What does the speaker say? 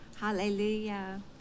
Hallelujah